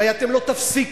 הרי אתם לא תפסיקו,